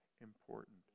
important